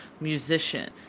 musician